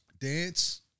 Dance